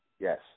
Yes